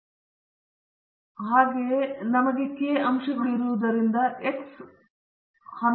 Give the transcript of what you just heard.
X 12 ಮತ್ತೆ ಮೊದಲ run ಸೂಚಿಸುತ್ತದೆ ಪ್ರತಿನಿಧಿಸುತ್ತದೆ ಒಂದು ಕ್ಷಣದಲ್ಲಿ ಈ ಬರುತ್ತವೆ ಆದರೆ ಇದು ಎರಡನೆಯ ಅಂಶ ಅಥವಾ ಎರಡನೇ ಪ್ರಾಯೋಗಿಕ ವೇರಿಯೇಬಲ್ ಎಕ್ಸ್ 2 ಮತ್ತು ಹೀಗೆ